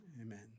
Amen